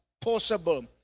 possible